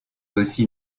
aussi